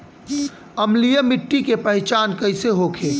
अम्लीय मिट्टी के पहचान कइसे होखे?